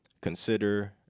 consider